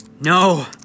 No